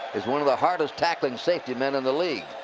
is one of the hardest-tackling safety men in the league.